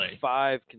five